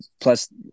plus